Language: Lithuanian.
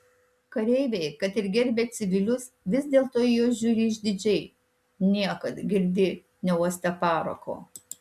kareiviai kad ir gerbia civilius vis dėlto į juos žiūri išdidžiai niekad girdi neuostę parako